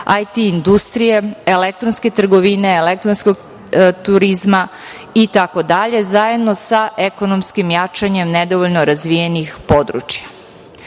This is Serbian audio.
IT industrije, elektronske trgovine, elektronskog turizma itd, zajedno sa ekonomskim jačanjem nedovoljno razvijenih područja. Do